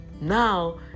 Now